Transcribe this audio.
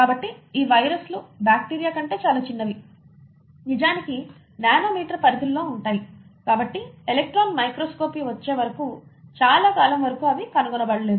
కాబట్టి ఈ వైరస్లు బ్యాక్టీరియా కంటే చాలా చిన్నవి నిజానికి నానో మీటర్ పరిధుల్లో ఉంటాయి కాబట్టి ఎలక్ట్రాన్ మైక్రోస్కోపీ వచ్చే వరకు చాలా కాలం వరకు అవి కనుగొనబడలేదు